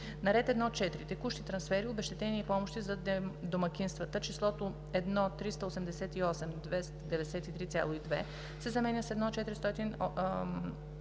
на ред 1.4. Текущи трансфери, обезщетения и помощи за домакинствата числото „1 388 293,2“ се заменя с „1 486